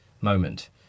moment